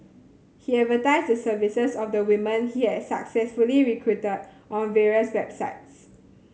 he advertised the services of the women he had successfully recruited on various websites